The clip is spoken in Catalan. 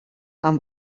amb